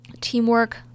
teamwork